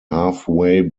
halfway